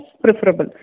preferable